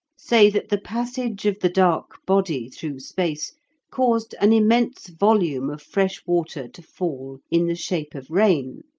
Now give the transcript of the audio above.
say that the passage of the dark body through space caused an immense volume of fresh water to fall in the shape of rain,